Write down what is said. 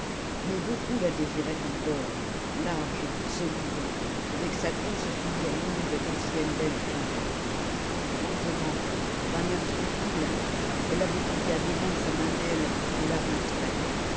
mais beaucoup la désiraient encore large solide avec sa grosse figure longue d'ancienne belle fille lentement d'un air tranquille elle avait pris à deux mains sa mamelle et la rentrait